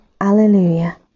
alleluia